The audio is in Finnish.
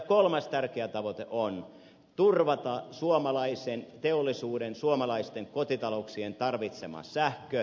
kolmas tärkeä tavoite on turvata suomalaisen teollisuuden suomalaisten kotitalouksien tarvitsema sähkö